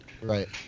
Right